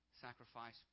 sacrifice